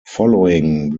following